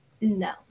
No